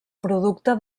producte